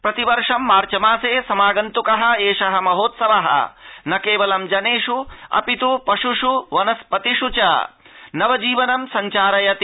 प्रतिवर्ष मार्च मासे समागन्त्कः एषः महोत्सवः न केवलं जनेष् अपि त् पश्ष् वनस्पतिष् च नव जीवनं संचारयति